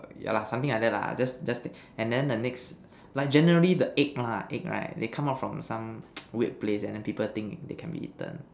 yeah lah something like that lah just just and then the next like generally the egg lah egg right they come out from some weird place and then people think they can be eaten